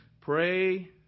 Pray